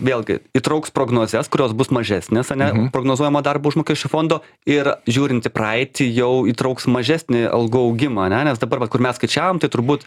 vėlgi įtrauks prognozes kurios bus mažesnės ane prognozuojamo darbo užmokesčio fondo ir žiūrint į praeitį jau įtrauks mažesnį algų augimą ane nes dabar va kur mes skaičiavom tai turbūt